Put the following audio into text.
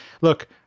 look